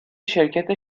شرکت